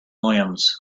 williams